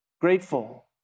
grateful